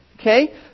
Okay